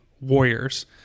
Warriors